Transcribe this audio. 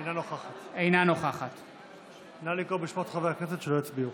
אינה נוכחת נא לקרוא בשמות חברי הכנסת שלא הצביעו.